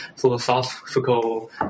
philosophical